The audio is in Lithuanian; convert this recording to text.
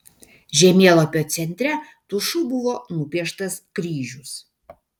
žemėlapio centre tušu buvo nupieštas kryžius